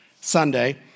Sunday